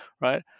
Right